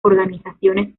organizaciones